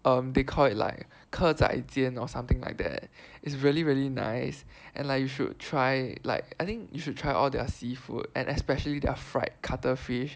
um they call it like 蚵仔煎 or something like that is really really nice and like you should try like I think you should try all their seafood and especially their fried cuttlefish